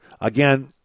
again